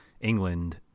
England